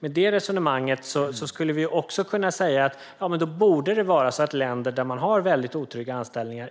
Med det resonemanget skulle vi också kunna säga att det borde vara så att länder där man har väldigt otrygga anställningar